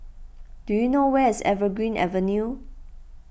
do you know where is Evergreen Avenue